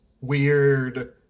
weird